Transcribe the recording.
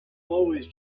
always